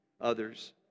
others